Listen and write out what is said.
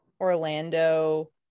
Orlando